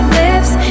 lips